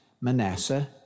Manasseh